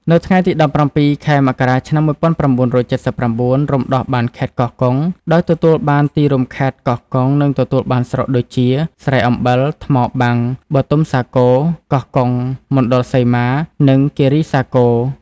នៅថ្ងៃទី ១៧ ខែមករា ឆ្នាំ ១៩៧៩ រំដោះបានខេត្តកោះកុង ដោយទទួលបានទីរួមខេត្ត កោះកុង និងទទួលបានស្រុកដូចជា ស្រែអំបិល ថ្មបាំង បូទុមសាគរ កោះកុង មណ្ឌលសីម៉ា និងគីរីសាគរ។